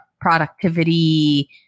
productivity